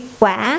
quả